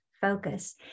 focus